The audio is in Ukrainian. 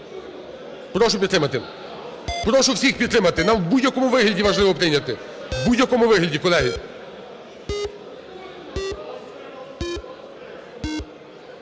прошу підтримати. Прошу всіх підтримати, нам в будь-якому вигляді важливо прийняти, в будь-якому вигляді, колеги.